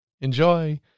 Enjoy